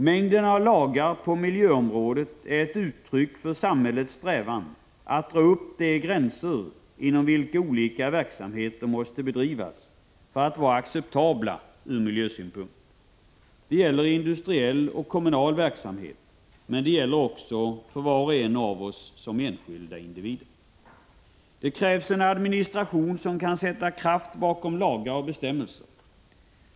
Mängden av lagar på miljöområdet är ett uttryck för samhällets strävan att dra upp de gränser inom vilka olika verksamheter måste bedrivas för att vara acceptabla från miljösynpunkt. Det gäller industriell och kommunal verksamhet, men gränserna gäller också för var och en av oss som enskilda individer. Det krävs en administration som kan sätta kraft bakom lagar och bestämmelser.